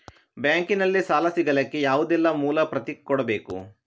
Bank ನಲ್ಲಿ ಸಾಲ ಸಿಗಲಿಕ್ಕೆ ಯಾವುದೆಲ್ಲ ಮೂಲ ಪ್ರತಿ ಕೊಡಬೇಕು?